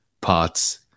parts